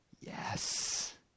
yes